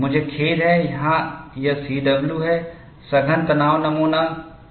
मुझे खेद है यहाँ यह C W है सघन तनाव नमूना कील भारण के अधीन है